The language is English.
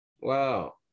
Wow